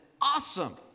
awesome